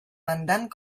mandant